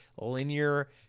linear